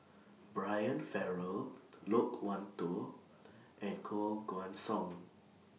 Brian Farrell Loke Wan Tho and Koh Guan Song